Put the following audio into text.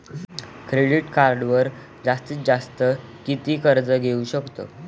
Credit कार्डवर जास्तीत जास्त किती कर्ज घेऊ शकतो?